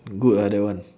good ah that one